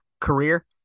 career